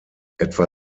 etwa